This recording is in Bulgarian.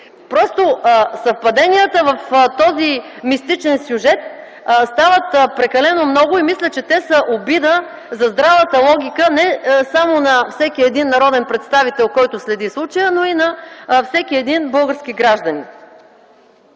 случай. Съвпаденията в този мистичен сюжет стават прекалено много и мисля, че те са обида за здравата логика не само на всеки народен представител, който следи случая, но и на всеки български гражданин.